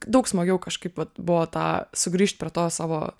daug smagiau kažkaip vat buvo ta sugrįžt prie to savo